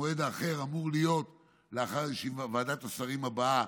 המועד האחר אמור להיות לאחר ישיבת ועדת השרים הבאה,